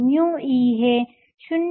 μe हे 0